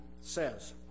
says